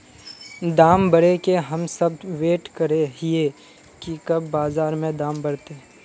दाम बढ़े के हम सब वैट करे हिये की कब बाजार में दाम बढ़ते?